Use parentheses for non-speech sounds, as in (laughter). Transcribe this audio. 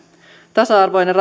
tasa arvoinen (unintelligible)